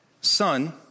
Son